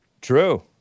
True